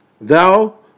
thou